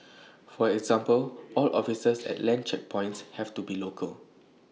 for example all officers at land checkpoints have to be local